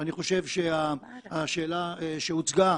אני חושב שהשאלה שהוצגה,